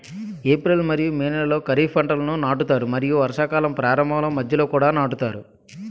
April మరియు May నెలలో ఖరీఫ్ పంటలను నాటుతారు మరియు వర్షాకాలం ప్రారంభంలో మధ్యలో కూడా నాటుతారు